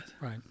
Right